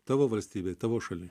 tavo valstybėj tavo šaly